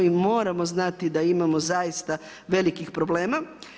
I moramo znati da imamo zaista velikih problema.